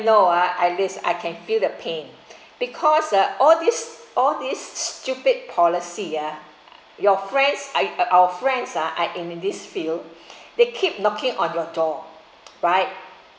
know ah alice I can feel the pain because ah all this all this stupid policy ah your friends I our friends ah are in this field they keep knocking on your door right